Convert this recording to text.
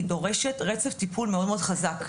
היא דורשת רצף טיפול מאוד מאוד חזק.